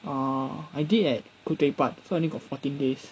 orh I did at khoo teck puat so only got fourteen days